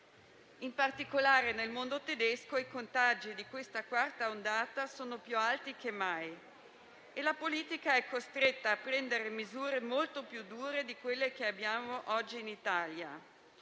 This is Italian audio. In particolare nel mondo tedesco, i contagi di questa quarta ondata sono più alti che mai e la politica è costretta a prendere misure molto più dure di quelle che abbiamo oggi in Italia.